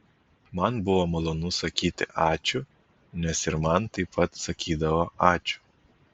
man buvo malonu sakyti ačiū nes ir man taip pat sakydavo ačiū